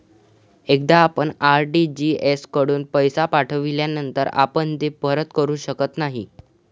एकदा आपण आर.टी.जी.एस कडून पैसे पाठविल्यानंतर आपण ते परत करू शकत नाही